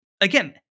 again